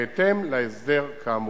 בהתאם להסדר כאמור.